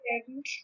second